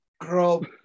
Girl